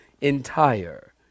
Entire